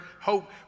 hope